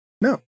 no